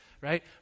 right